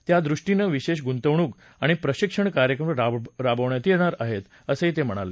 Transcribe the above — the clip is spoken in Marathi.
यादृष्टीनं विशेष गुंतवणूक आणि प्रशिक्षण कार्यक्रम राबवण्यात येणार आहे असंही त्यांनी सांगितलं